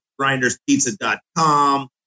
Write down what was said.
grinderspizza.com